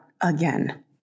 again